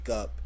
up